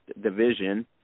Division